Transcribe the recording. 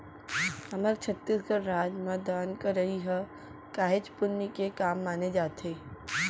हमर छत्तीसगढ़ राज म दान करई ह काहेच पुन्य के काम माने जाथे